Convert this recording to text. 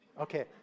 Okay